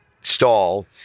stall